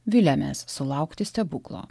viliamės sulaukti stebuklo